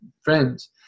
friends